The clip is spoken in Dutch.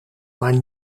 maar